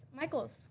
Michael's